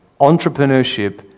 entrepreneurship